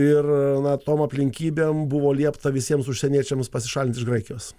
ir na tom aplinkybėm buvo liepta visiems užsieniečiams pasišalint iš graikijos